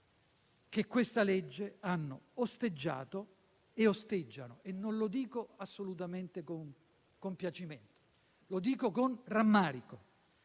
che questa legge hanno osteggiato e osteggiano, e non lo dico assolutamente con compiacimento, ma con rammarico.